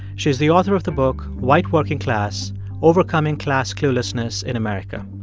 she's the author of the book white working class overcoming class cluelessness in america.